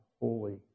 holy